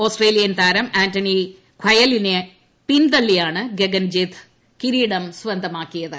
Australian ത്രാർം Anthony ഖയലിനെ പിന്തള്ളിയാണ് ഗഗൻജിത് കിരീടം സ്പ്രന്തമാക്കിയത്